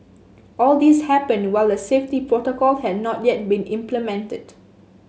all this happened while the safety protocol had not yet been implemented